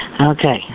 Okay